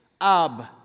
Ab